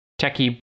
techie